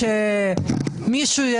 רבותיי,